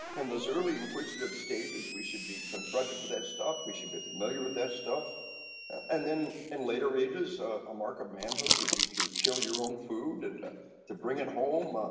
in those early inquisitive stages we should be confronted with their stuff, we should be familiar with that stuff and then in later ages a mark of manhood would be to kill your own food and to bring it home, ah